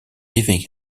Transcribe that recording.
leaving